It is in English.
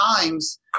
times –